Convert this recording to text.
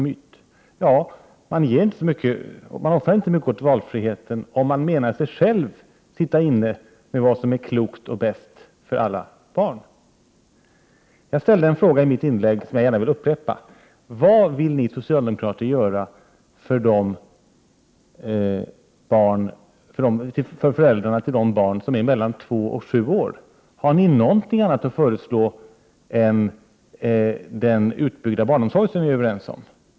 Valfriheten som en myt. Man offrar inte mycket åt valfriheten om man hävdar att man själv sitter inne med vad som är klokt och bäst för alla barn. Jag ställde en fråga i mitt inlägg som jag gärna vill upprepa. Vad vill ni socialdemokrater göra för föräldrarna till de barn som är mellan två och sju år? Har ni något annat att föreslå än den utbyggda barnomsorgen som vi alla är överens om?